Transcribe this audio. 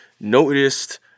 noticed